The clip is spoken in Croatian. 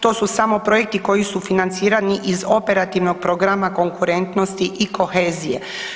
To su samo projekti koji su financirani iz Operativnog programa Konkurentnosti i kohezije.